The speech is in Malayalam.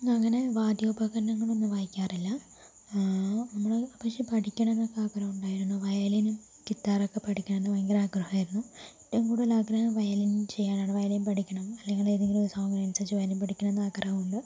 അങ്ങനെ വാദ്യോപകരണങ്ങളൊന്നും വായിക്കാറില്ല നമ്മൾ പക്ഷെ പഠിക്കണമെന്ന് ഒക്കെ ആഗ്രഹം ഉണ്ടായിരുന്നു വയലിനും ഗിത്താറൊക്കെ പഠിക്കണമെന്ന് ഭയങ്കര ആഗ്രഹമായിരുന്നു ഏറ്റവും കൂടുതൽ ആഗ്രഹം വയലിൻ ചെയ്യാനാണ് വയലിൻ പഠിക്കണം അല്ലെങ്കിൽ ഏതെങ്കിലും ഒരു സോങ്ങിന് അനുസരിച്ച് വയലിൻ പഠിക്കണമെന്ന് ആഗ്രഹം ഉണ്ട്